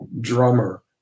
drummer